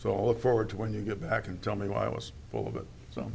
so all of forward to when you get back and tell me why i was